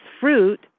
fruit